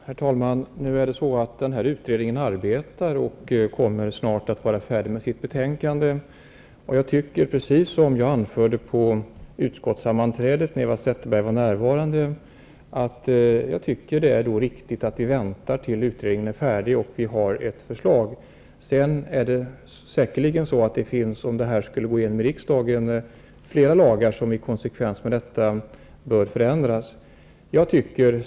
Herr talman! Denna utredning arbetar och kommer snart att vara färdig med sitt betänkande. Jag tycker, därför precis som jag anförde på ett utskottssammanträde då Eva Zetterberg var närvarande, att det är riktigt att vänta tills utredningen är färdig och vi har ett förslag. Om detta skulle gå igenom i riksdagen finns det säkerligen flera lagar som i konsekvens därmed bör förändras.